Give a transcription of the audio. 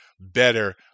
better